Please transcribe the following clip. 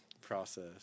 process